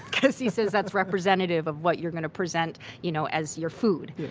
because he says that's representative of what you're going to present you know as your food.